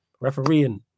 refereeing